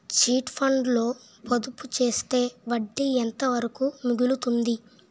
Chit funds లో పొదుపు చేస్తే వడ్డీ ఎంత వరకు మిగులుతుంది?